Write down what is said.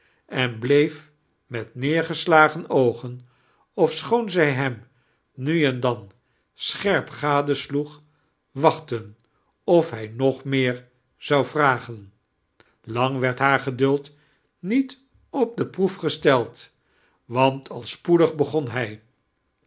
en bleef met neergeslagen oogen ofsiehoon zij hem mi en dan schieip gadestaeg wachten of hij nog meer zou vnagen lang we-rd haar geduld niet op de proof gesteld want al spoedig begon hij